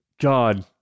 God